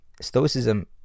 Stoicism